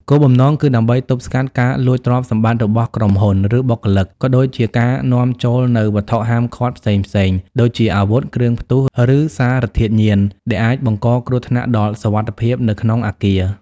គោលបំណងគឺដើម្បីទប់ស្កាត់ការលួចទ្រព្យសម្បត្តិរបស់ក្រុមហ៊ុន ឬបុគ្គលិក ក៏ដូចជាការនាំចូលនូវវត្ថុហាមឃាត់ផ្សេងៗ ដូចជាអាវុធ គ្រឿងផ្ទុះ ឬសារធាតុញៀន ដែលអាចបង្កគ្រោះថ្នាក់ដល់សុវត្ថិភាពនៅក្នុងអគារ។